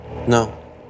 No